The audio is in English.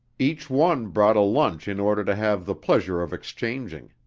each one brought a lunch in order to have the pleasure of exchanging.